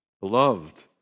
Beloved